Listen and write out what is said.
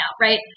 right